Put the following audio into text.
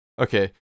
okay